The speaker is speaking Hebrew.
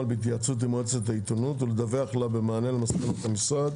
בהתייעצות עם מועצת העיתונות ולדווח לה במענה למסקנות המשרד,